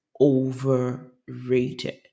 overrated